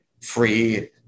free